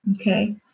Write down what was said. Okay